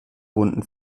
bunten